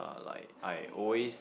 ah like I always